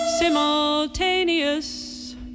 Simultaneous